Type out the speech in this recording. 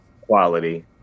quality